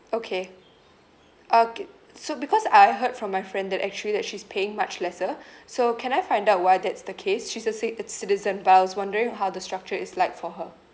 okay okay so because I heard from my friend that actually that she's paying much lesser so can I find out why that's the case she's a cit~ uh citizen but I was wondering how the structure is like for her